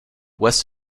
west